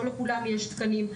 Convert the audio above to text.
לא לכולם יש תקנים.